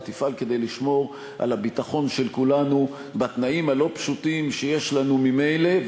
ותפעל כדי לשמור על הביטחון של כולנו בתנאים הלא-פשוטים שיש לנו ממילא,